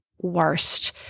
worst